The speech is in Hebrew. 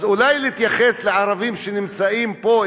אז אולי להתייחס לערבים שנמצאים פה,